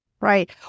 Right